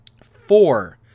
Four